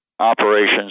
operations